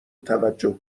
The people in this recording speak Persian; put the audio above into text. توجه